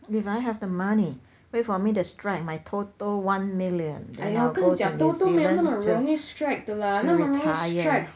if I have the money wait for me to strike my TOTO one million then I will go to new zealand to to retire